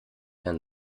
herrn